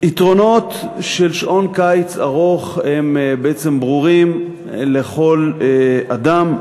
יתרונותיו של שעון קיץ ארוך הם בעצם ברורים לכל אדם.